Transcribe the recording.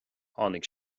tháinig